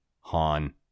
Han